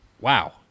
Wow